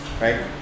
right